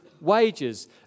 wages